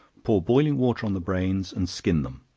pour boiling water on the brains, and skin them